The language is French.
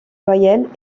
voyelles